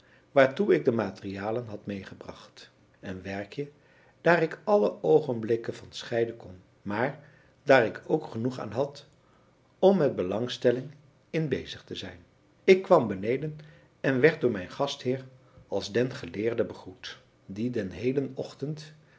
waartoe ik de materialen had meegebracht een werkje daar ik alle oogenblikken van scheiden kon maar daar ik ook genoeg aan had om met belangstelling in bezig te zijn ik kwam beneden en werd door mijn gastheer als den geleerde begroet die den heelen ochtend